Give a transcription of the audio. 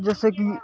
जसं की